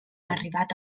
arribat